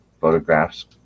photographs